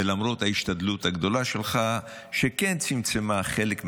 ולמרות ההשתדלות הגדולה שלך שכן צמצמה חלק מהגזרות,